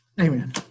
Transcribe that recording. Amen